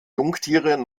jungtiere